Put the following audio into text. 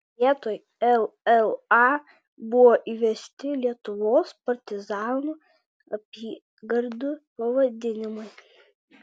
vietoj lla buvo įvesti lietuvos partizanų apygardų pavadinimai